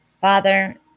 Father